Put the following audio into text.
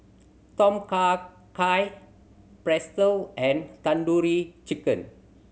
Tom Kha Gai Pretzel and Tandoori Chicken